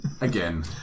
Again